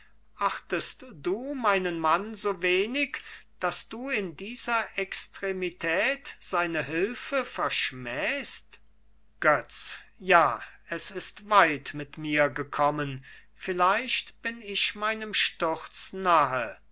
achtest du meinen mann so wenig daß du in dieser extremität seine hülfe verschmähst götz ja es ist weit mit mir gekommen vielleicht bin ich meinem sturz nahe